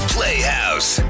Playhouse